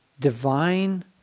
divine